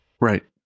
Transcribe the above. Right